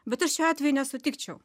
bet aš šiuo atveju nesutikčiau